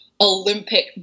olympic